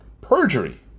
perjury